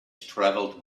travelled